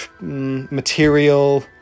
material